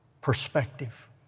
perspective